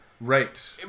Right